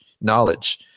knowledge